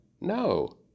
No